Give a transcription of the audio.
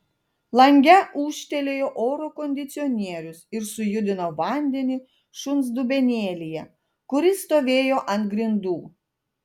lange ūžtelėjo oro kondicionierius ir sujudino vandenį šuns dubenėlyje kuris stovėjo ant grindų